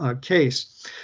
case